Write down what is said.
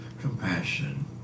compassion